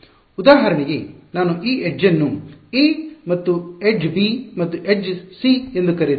ಉದಾಹರಣೆಗೆ ನಾನು ಈ ಅಂಚಎಡ್ಜ್ ನ್ನು ಎ ಮತ್ತು ಎಡ್ಜ್ ಬಿ ಮತ್ತು ಎಡ್ಜ್ ಸಿ ಎಂದು ಕರೆದರೆ